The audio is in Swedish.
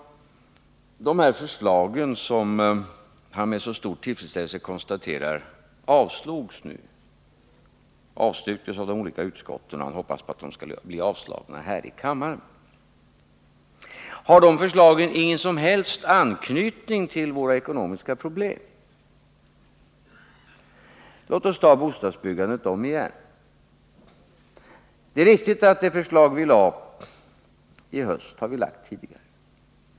Har de här förslagen, som han med så stor tillfredsställelse konstaterar har avstyrkts av de olika utskotten och som han hoppas skall avslås här i kammaren, ingen som helst anknytning till våra ekonomiska problem? Låt oss ta bostadsbyggandet om igen. Det är riktigt att det förslag vi lade fram i höst har varit framlagt tidigare.